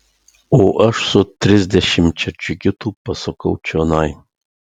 o aš su trisdešimčia džigitų pasukau čionai